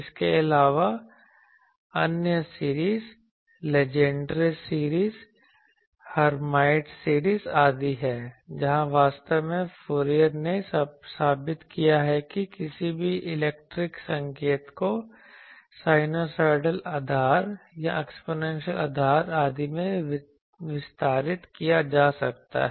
इसके अलावा अन्य series Legendre series Hermite series आदि हैं जहां वास्तव में फूरियर ने साबित किया है कि किसी भी इलेक्ट्रिक संकेत को साइनूसोइडल आधार या एक्स्पोनेंशियल आधार आदि में विस्तारित किया जा सकता है